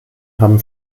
haben